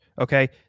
Okay